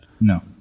no